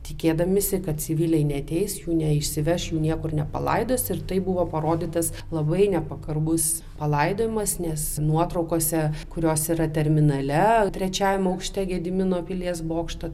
tikėdamiesi kad civiliai neateis jų neišsiveš jų niekur nepalaidos ir tai buvo parodytas labai nepagarbus palaidojamas nes nuotraukose kurios yra terminale trečiajam aukšte gedimino pilies bokšto